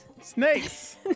Snakes